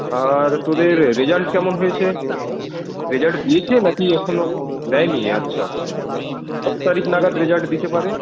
আর তোদের রেজাল্ট কেমন হয়েছে রেজাল্ট দিয়েছে নাকি এখনো দেয়নি আচ্ছা আচ্ছা কত তারিখ নাগাদ রেজাল্ট দিতে পারে